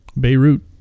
Beirut